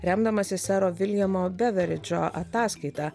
remdamasi sero viljamo beveridžo ataskaita